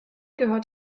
gehört